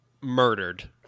murdered